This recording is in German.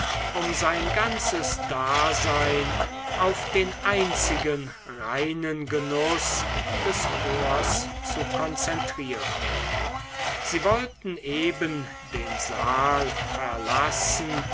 um sein ganzes dasein auf den einzigen reinen genuß des ohrs zu konzentrieren sie wollten eben den saal verlassen